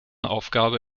aufgabe